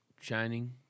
shining